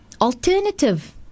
alternative